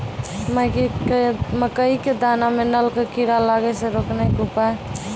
मकई के दाना मां नल का कीड़ा लागे से रोकने के उपाय?